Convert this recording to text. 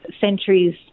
centuries